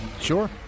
Sure